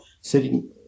sitting